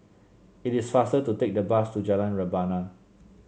it is faster to take the bus to Jalan Rebana